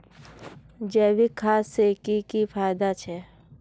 जैविक खाद से की की फायदा छे?